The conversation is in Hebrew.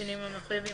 בשינויים המחויבים,